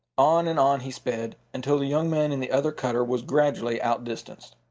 on and on he sped, until the young man in the other cutter was gradually outdistanced.